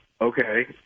Okay